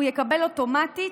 והוא יקבל אוטומטית,